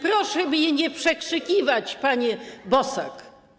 Proszę mnie nie przekrzykiwać, panie Bosak.